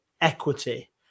equity